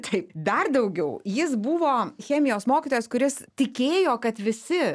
taip dar daugiau jis buvo chemijos mokytojas kuris tikėjo kad visi